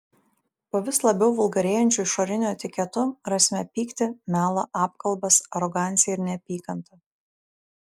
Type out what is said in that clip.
po vis labiau vulgarėjančiu išoriniu etiketu rasime pyktį melą apkalbas aroganciją ir neapykantą